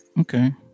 Okay